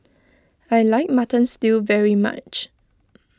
I like Mutton Stew very much